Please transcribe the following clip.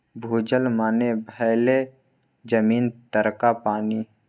भूजल मने भेलै जमीन तरका पानि